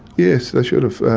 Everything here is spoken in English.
yes, they should've.